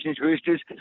Roosters